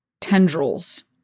tendrils